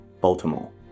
Baltimore